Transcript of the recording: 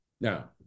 Now